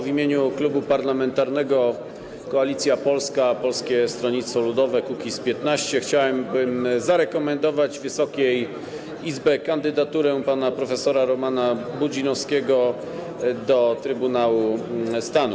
W imieniu Klubu Parlamentarnego Koalicja Polska - Polskie Stronnictwo Ludowe - Kukiz15 chciałbym zarekomendować Wysokiej Izbie kandydaturę pana prof. Romana Budzinowskiego do Trybunału Stanu.